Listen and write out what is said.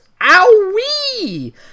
Owie